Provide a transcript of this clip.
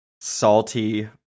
salty